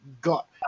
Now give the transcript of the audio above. got